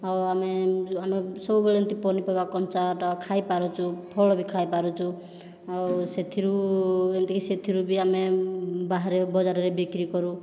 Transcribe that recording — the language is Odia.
ଆଉ ଆମେ ଯୋ ଆମେ ସବୁବେଳେ ଏମିତି ପନିପରିବା କଞ୍ଚାଟା ଖାଇ ପାରୁଛୁ ଫଳ ବି ଖାଇ ପାରୁଛୁ ଆଉ ସେଥିରୁ ଏମିତି କି ସେଥିରୁ ଆମେ ବାହାରେ ବଜାରରେ ବିକ୍ରି କରୁ